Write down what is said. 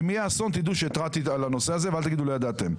אם יהיה אסון תדעו שהתרעתי על הנושא הזה ואל תגידו לא ידעתם.